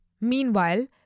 Meanwhile